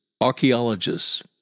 archaeologists